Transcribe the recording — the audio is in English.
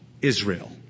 Israel